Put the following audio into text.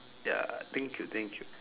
ya thank you thank you